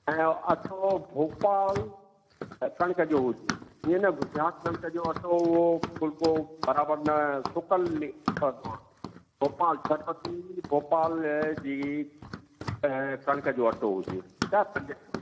ऐं अटो भोपाल जी कणिक जो हुजे इहे न गुजरात कणिक जो अटो उहो फुलको बराबरि न सुकल निकरंदो आहे भोपाल शरबती भोपाल जी कणिक जो अटो हुजे ठीकु आहे पंज किलो